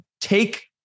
take